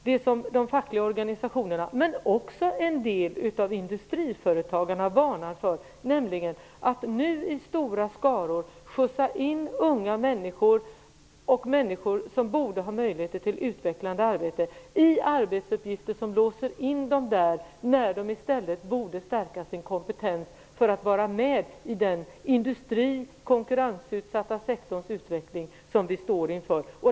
De fackliga organisationerna men också en del av industriföretagarna varnar för att man nu skjutsar in stora skaror av unga människor och människor som borde ha möjlighet till utvecklande arbete i arbetsuppgifter som låser in dem där när de i stället borde skaffa sig kompetens för att vara med i den konkurrensutsatta industrisektorns utveckling.